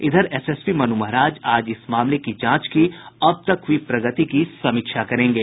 इधर एसएसपी मनु महाराज आज इस मामले की जांच की अब तक हुई प्रगति की समीक्षा करेंगे